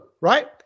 right